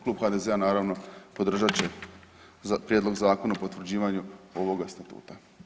Klub HDZ-a naravno podržat će prijedlog zakona o potvrđivanju ovoga statuta.